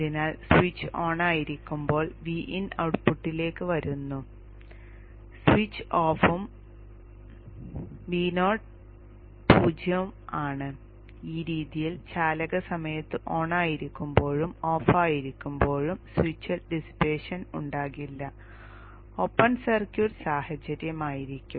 അതിനാൽ സ്വിച്ച് ഓണായിരിക്കുമ്പോൾ Vin ഔട്ട്പുട്ടിലേക്ക് വരുന്നു സ്വിച്ച് ഓഫ് ഉം Vo 0 യും ആണ് ഈ രീതിയിൽ ചാലക സമയത്ത് ഓണായിരിക്കുമ്പോഴും ഓഫായിരിക്കുമ്പോഴും സ്വിച്ചിൽ ഡിസ്പേഷൻ ഉണ്ടാകില്ല ഓപ്പൺ സർക്യൂട്ട് സാഹചര്യമായിരിക്കും